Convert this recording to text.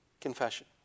confession